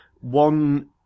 One